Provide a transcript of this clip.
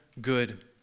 good